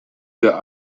der